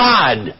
God